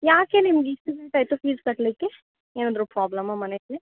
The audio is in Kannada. ಯಾಕೆ ನಿಮ್ಗೆಇಷ್ಟು ಲೇಟಾಯಿತು ಫೀಸ್ ಕಟ್ಟಲಿಕ್ಕೆ ಏನಾದರೂ ಪ್ರಾಬ್ಲಮ್ಮಾ ಮನೆಯಲ್ಲಿ